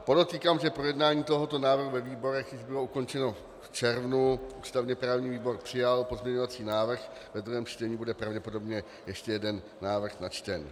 Podotýkám, že projednání tohoto návrhu ve výborech bylo ukončeno již v červnu, ústavněprávní výbor přijal pozměňovací návrh, ve druhém čtení bude pravděpodobně ještě jeden návrh načten.